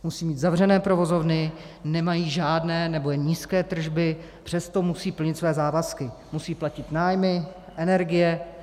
Musí mít zavřené provozovny, nemají žádné nebo jen nízké tržby, přesto musí plnit své závazky, musí platit nájmy, energie.